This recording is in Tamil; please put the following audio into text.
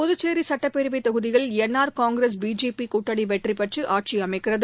புதுச்சேரி சுட்டப்பேரவைத் தொகுதியில் என் ஆர் காங்கிரஸ் பிஜேபி கூட்டணி வெற்றி பெற்று ஆட்சி அமைக்கிறது